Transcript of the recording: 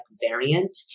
variant